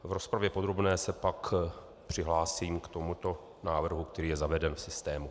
V rozpravě podrobné se pak přihlásím k tomuto návrhu, který je zaveden v systému.